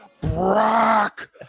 Brock